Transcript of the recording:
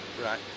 Right